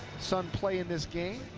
son play in this game,